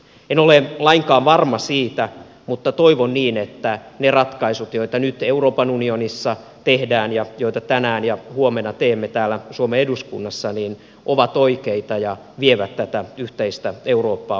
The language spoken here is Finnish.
en ole lainkaan varma siitä mutta toivon niin että ne ratkaisut joita nyt euroopan unionissa tehdään ja joita tänään ja huomenna teemme täällä suomen eduskunnassa ovat oikeita ja vievät tätä yhteistä eurooppaa oikeaan suuntaan